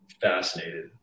fascinated